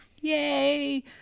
Yay